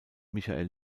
michael